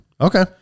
Okay